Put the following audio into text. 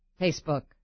Facebook